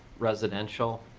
residential